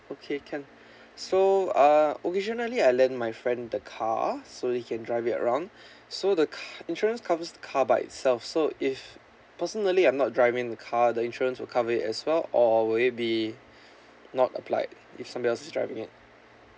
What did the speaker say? okay can so uh occasionally I lend my friend the car so he can drive it around so the car insurance covers the car by itself so if personally I'm not driving the car the insurance will cover it as well or will it be not applied if somebody else is driving it